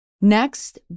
Next